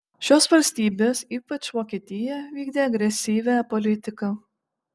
šios valstybės ypač vokietija vykdė agresyvią politiką